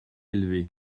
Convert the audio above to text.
élevé